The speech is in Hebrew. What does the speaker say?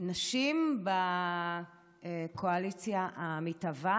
נשים בקואליציה המתהווה